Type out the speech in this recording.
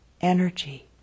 energy